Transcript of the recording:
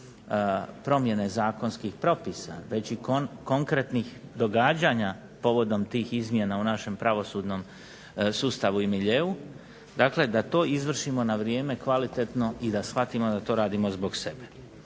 promjene zakonskih propisa, već i konkretnih događanja povodom tih izmjena u našem pravosudnom sustavu i miljeu. Dakle da to izvršimo na vrijeme, kvalitetno i da shvatimo da to radimo zbog sebe.